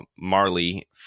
Marley